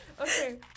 Okay